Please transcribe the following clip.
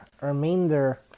remainder